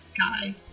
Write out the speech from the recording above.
guy